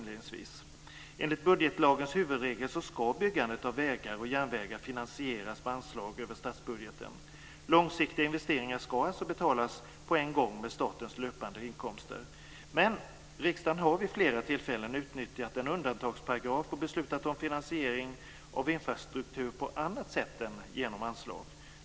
Enligt budgetlagens huvudregel ska byggandet av vägar och järnvägar finansieras med anslag över statsbudgeten. Långsiktiga investeringar ska alltså betalas på en gång med statens löpande inkomster. Men riksdagen har vid flera tillfällen utnyttjat en undantagsparagraf och beslutat om finansiering av infrastruktur på annat sätt än genom anslag.